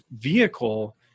vehicle